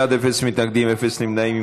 17 בעד, אפס מתנגדים, אפס נמנעים.